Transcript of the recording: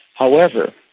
however,